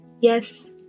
Yes